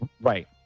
right